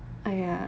!aiya!